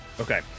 Okay